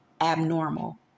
abnormal